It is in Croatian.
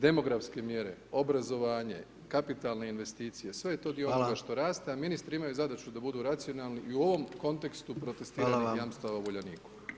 Demografske mjere, obrazovanje, kapitalne investicije, sve je to dio onoga što raste, a ministri imaju zadaću da budu racionalni i u ovom kontekstu protestiranih jamstava u Uljaniku.